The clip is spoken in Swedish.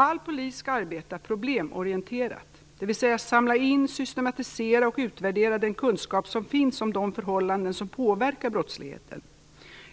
All polis skall arbeta problemorienterat, dvs. samla in, systematisera och utvärdera den kunskap som finns om de förhållanden som påverkar brottsligheten.